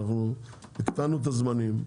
אנחנו הקטנו את הזמנים.